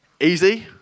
easy